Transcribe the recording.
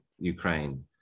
Ukraine